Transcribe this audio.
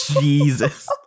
Jesus